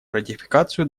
ратификацию